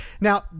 Now